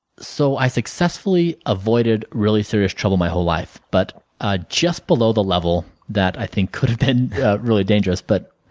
so, i successfully avoided really serious trouble my whole life, but ah just below the level that i think could have been really dangerous. but,